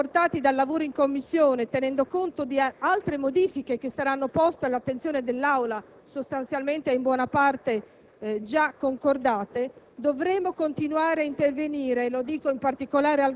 Naturalmente siamo tutti consapevoli che, nonostante i miglioramenti apportati dal lavoro in Commissione, tenendo conto di altre modifiche che saranno poste all'attenzione dell'Aula, sostanzialmente in buona parte